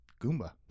Goomba